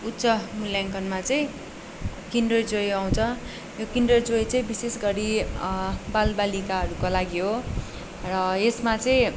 उच्च मूल्याङ्कनमा चाहिँ किन्डर जोय आउँछ यो किन्डर जोय चाहिँ विशेष गरी बाल बालिकाहरूका लागि हो र यसमा चाहिँ